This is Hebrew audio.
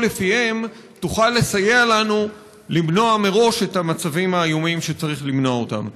לפיהם תוכל לסייע לנו למנוע מראש את המצבים האיומים שצריך למנוע אותם.